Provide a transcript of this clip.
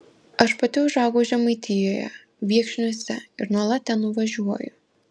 aš pati užaugau žemaitijoje viekšniuose ir nuolat ten nuvažiuoju